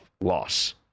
loss